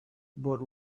but